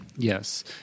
Yes